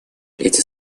эти